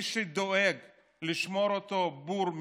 מי שדואג לשמור אותו בור,